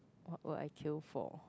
what would I kill for